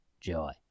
joy